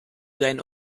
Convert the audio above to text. deinen